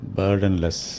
burdenless